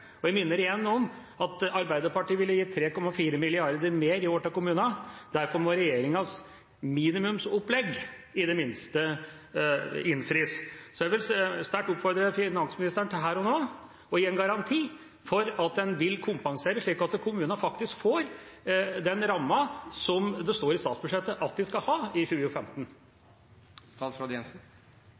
Jeg minner igjen om at Arbeiderpartiet ville gi 3,4 mrd. kr mer til kommunene i år. Derfor må regjeringas minimumsopplegg i det minste innfris. Så jeg vil sterkt oppfordre finansministeren her og nå til å gi en garanti for at en vil kompensere, slik at kommunene faktisk får den rammen som det står i statsbudsjettet at de skal ha i 2015.